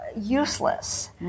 useless